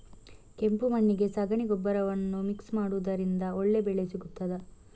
ಕೆಂಪು ಮಣ್ಣಿಗೆ ಸಗಣಿ ಗೊಬ್ಬರವನ್ನು ಮಿಕ್ಸ್ ಮಾಡುವುದರಿಂದ ಒಳ್ಳೆ ಬೆಳೆ ಸಿಗುತ್ತದಾ?